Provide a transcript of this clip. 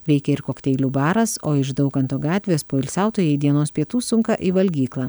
veikia ir kokteilių baras o iš daukanto gatvės poilsiautojai dienos pietų sunka į valgyklą